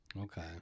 Okay